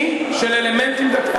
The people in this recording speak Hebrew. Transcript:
ניצול ציני של אלמנטים דתיים.